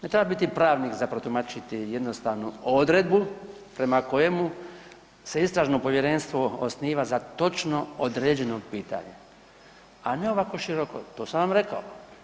Ne treba biti pravnik za protumačiti jednostavnu odredbu prema kojemu se istražno povjerenstvo osniva za točno određeno pitanje, a ne ovako široko to sam vam rekao.